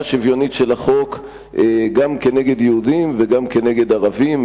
שוויונית של החוק גם כנגד יהודים וגם כנגד ערבים,